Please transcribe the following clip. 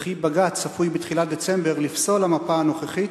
וכי בג"ץ צפוי בתחילת דצמבר לפסול את המפה הנוכחית,